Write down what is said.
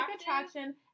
attraction